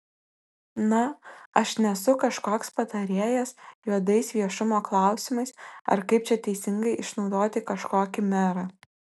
na aš nesu kažkoks patarėjas juodais viešumo klausimais ar kaip čia teisingai išnaudoti kažkokį merą